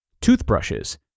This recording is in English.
Toothbrushes